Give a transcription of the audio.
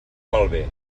malbé